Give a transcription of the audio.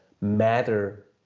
matter